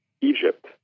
Egypt